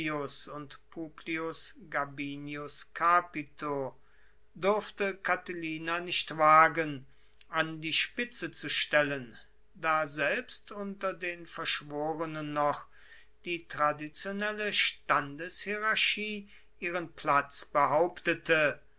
und publius gabinius capito durfte catilina nicht wagen an die spitze zu stellen da selbst unter den verschworenen noch die traditionelle standeshierarchie ihren platz behauptete